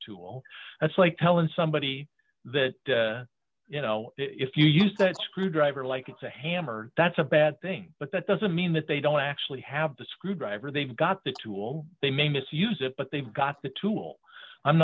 tool that's like telling somebody that you know if you use that screwdriver like it's a hammer that's a bad thing but that doesn't mean that they don't actually have the screwdriver they've got the tool they may misuse it but they've got the tool i'm